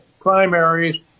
primaries